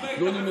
תעשה חוקה.